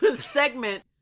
segment